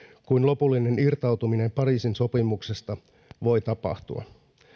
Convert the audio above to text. kuin lopullinen irtautuminen pariisin sopimuksesta voi tapahtua